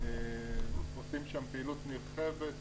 אנחנו עושים שם פעילות נרחבת,